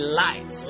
light